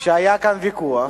שהיה כאן ויכוח,